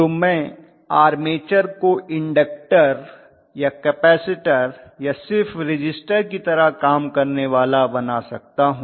तो मैं आर्मेचर को इन्डक्टर या कपैसिटर या सिर्फ रिज़िस्टर की तरह काम करने वाला बना सकता हूं